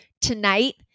Tonight